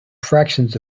fractions